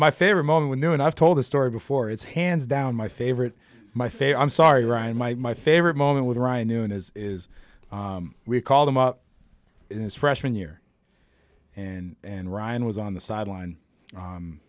my favorite moment when new and i've told this story before it's hands down my favorite my fave i'm sorry ryan my my favorite moment with ryan noone is is we call them up in his freshman year and ryan was on the sideline